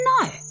No